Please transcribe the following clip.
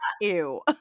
ew